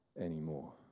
anymore